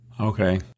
Okay